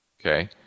Okay